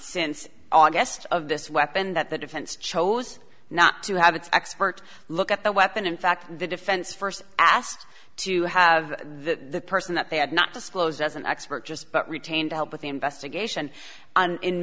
since august of this weapon that the defense chose not to have its expert look at the weapon in fact the defense first asked to have the person that they had not disclosed as an expert just but retained to help with the investigation and in